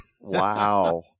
Wow